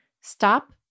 stop